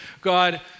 God